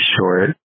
short